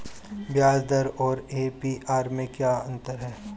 ब्याज दर और ए.पी.आर में क्या अंतर है?